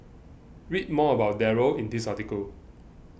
read more about Darryl in this article